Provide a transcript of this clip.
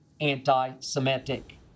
anti-Semitic